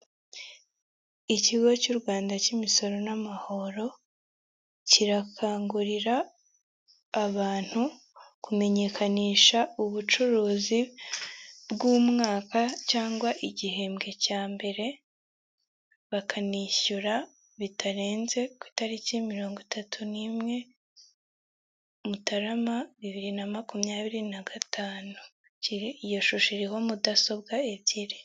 Ikigo cy'u Rwanda cy'imisoro n'amahoro kirakangurira abantu kumenyekanisha ubucuruzi bw'umwaka cyangwa igihembwe cya mbere bakanishyura bitarenze ku itariki mirongo itatu n'imwe mutarama bibiri na makumyabiri na gatanu iyo shusho iriho mudasobwa ebyiri .